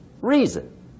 Reason